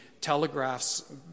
telegraphs